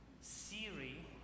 Siri